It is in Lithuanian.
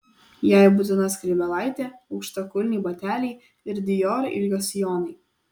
jai būtina skrybėlaitė aukštakulniai bateliai ir dior ilgio sijonai